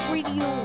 Radio